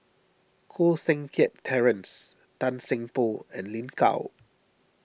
Koh Seng Kiat Terence Tan Seng Poh and Lin Gao